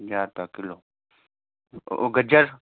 पंजाह रुपया किलो ऐं गजर